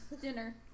dinner